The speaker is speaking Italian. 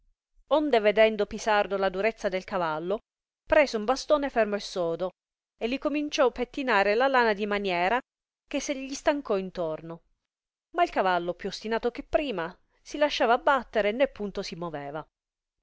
onde vedendo pisardo la durezza del cavallo prese un bastone fermo e sodo e li cominciò pettinare la lana di maniera che se gli stancò intorno ma il cavallo più ostinato che prima si lasciava battere né punto si moveva